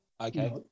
Okay